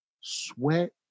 sweat